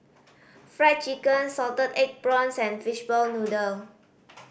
Fried Chicken salted egg prawns and fishball noodle